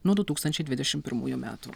nuo du tūkstančiai dvidešim pirmųjų metų